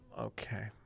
okay